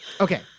Okay